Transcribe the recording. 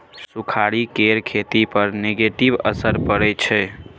सुखाड़ि केर खेती पर नेगेटिव असर परय छै